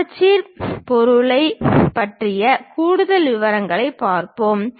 சமச்சீர் பொருளைப் பற்றிய கூடுதல் விவரங்களைப் பார்ப்போம்